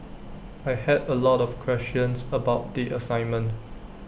I had A lot of questions about the assignment